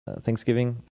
Thanksgiving